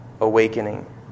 awakening